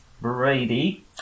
Brady